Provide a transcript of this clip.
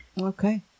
Okay